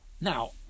Now